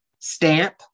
stamp